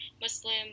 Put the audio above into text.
muslim